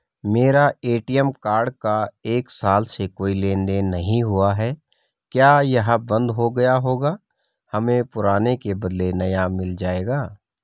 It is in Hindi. मेरा ए.टी.एम कार्ड का एक साल से कोई लेन देन नहीं हुआ है क्या यह बन्द हो गया होगा हमें पुराने के बदलें नया मिल जाएगा?